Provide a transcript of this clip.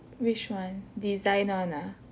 which one design one ah